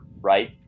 right